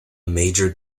major